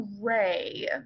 ray